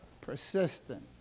persistent